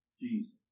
Jesus